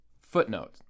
Footnote